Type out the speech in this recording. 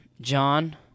John